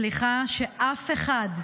סליחה שאף אחד,